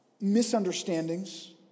misunderstandings